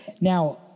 Now